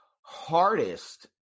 hardest